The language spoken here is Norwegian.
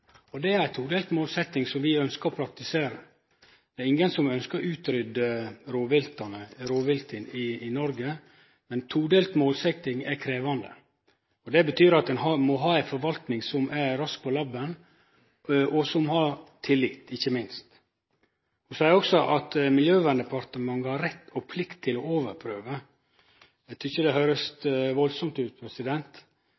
målsetjing. Det er ei todelt målsetjing vi ønskjer å praktisere. Det er ingen som ønskjer å utrydde rovviltet i Noreg, men ei todelt målsetjing er krevjande. Det betyr at ein må ha ei forvalting som er rask på labben, og som har tillit – ikkje minst. Ho seier også at Miljøverndepartementet har rett og plikt til å overprøve. Eg tykkjer det